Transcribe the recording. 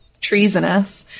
treasonous